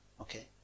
Okay